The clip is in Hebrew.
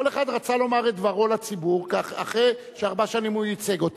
כל אחד רצה לומר את דברו לציבור אחרי שארבע שנים הוא ייצג אותו.